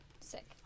Sick